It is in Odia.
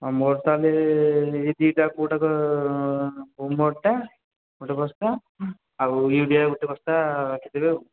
ହଁ ମୋର ତାହେଲେ ଏଇ ଦୁଇଟା ଯାକ କେଉଁଟା କ ଗ୍ରୁମରଟା ଗୋଟିଏ ବସ୍ତା ଆଉ ୟୁରିଆ ଗୋଟିଏ ବସ୍ତା ରଖିଥିବେ ଆଉ